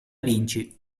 vinci